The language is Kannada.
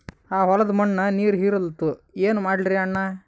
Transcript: ಆ ಹೊಲದ ಮಣ್ಣ ನೀರ್ ಹೀರಲ್ತು, ಏನ ಮಾಡಲಿರಿ ಅಣ್ಣಾ?